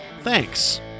Thanks